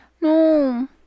No